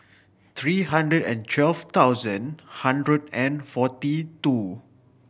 three hundred and twelve thousand hundred and forty two